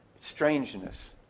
strangeness